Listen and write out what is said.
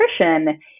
nutrition